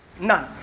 none